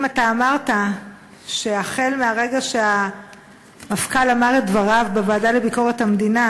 אם אתה אמרת שהחל מהרגע שהמפכ"ל אמר את דבריו בוועדה לביקורת המדינה